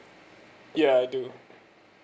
ya I do